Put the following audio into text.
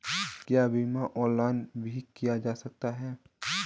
क्या बीमा ऑनलाइन भी किया जा सकता है?